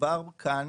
מדובר כאן